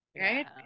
Right